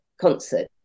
concert